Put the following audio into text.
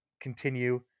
continue